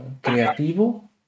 creativo